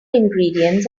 ingredients